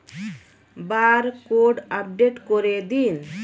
Barcode update করে দিন?